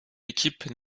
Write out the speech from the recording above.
équipe